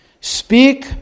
speak